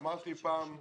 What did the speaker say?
אמרתי פעם,